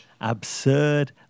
Absurd